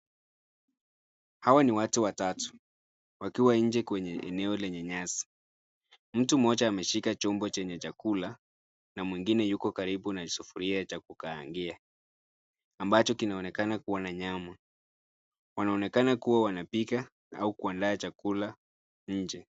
Hawa ni watu watatu, wakiwa nje kwenye eneo lenye nyasi. Mtu mmoja ameshika chombo chenye chakula na mwingine yuko karibu na sufuria ya kukaangia, ambacho kinaonekana kuwa na nyama. Wanaonekana kuwa wanapika au kuandaa chakula nje.